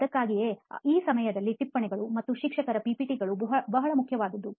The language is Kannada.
ಅದಕ್ಕಾಗಿಯೇ ಈ ಸಮಯದಲ್ಲಿ ಟಿಪ್ಪಣಿಗಳು ಮತ್ತು ಶಿಕ್ಷಕರ PPT ಗಳು ಬಹಳ ಮುಖ್ಯವಾದುದು